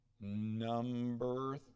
number